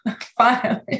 fine